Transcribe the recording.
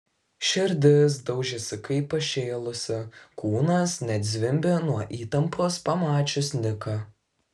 širdis daužėsi kaip pašėlusi kūnas net zvimbė nuo įtampos pamačius niką